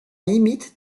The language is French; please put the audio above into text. limite